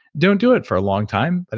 don't do it for a long time. but